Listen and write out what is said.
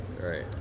right